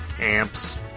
amps